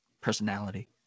personality